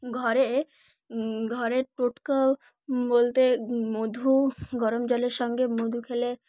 ঘরে ঘরে টোটকাও বলতে মধু গরম জলের সঙ্গে মধু খেলে